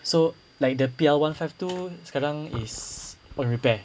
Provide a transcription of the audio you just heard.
so like the P_L one five tu sekarang is on repair